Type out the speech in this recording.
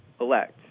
elect